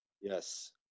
yes